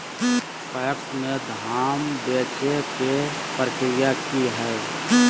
PACS में धाम बेचे के प्रक्रिया की हय?